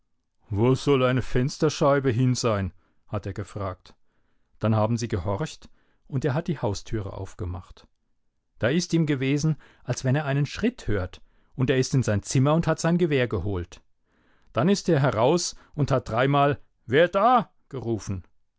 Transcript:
wo soll eine fensterscheibe hin sein hat er gefragt dann haben sie gehorcht und er hat die haustüre aufgemacht da ist ihm gewesen als wenn er einen schritt hört und er ist in sein zimmer und hat sein gewehr geholt dann ist er heraus und hat dreimal wer da gerufen